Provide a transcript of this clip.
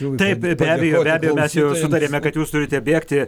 taip be abejo be abejo mes jau sutarėme kad jūs turite bėgti